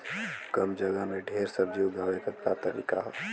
कम जगह में ढेर सब्जी उगावे क का तरीका ह?